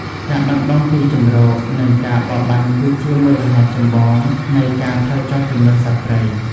ការបាត់បង់ទីជម្រក និងការបរបាញ់គឺជាមូលហេតុចម្បងនៃការថយចុះចំនួនសត្វព្រៃ។